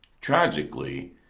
Tragically